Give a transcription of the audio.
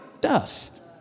dust